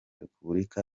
repubulika